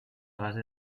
base